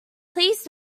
please